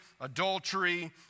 adultery